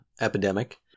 Epidemic